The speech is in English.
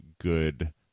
good